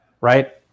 right